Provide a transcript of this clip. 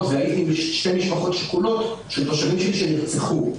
שתי משפחות שכולות של תושבים שנרצחו,